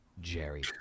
Jerry